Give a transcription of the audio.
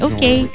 Okay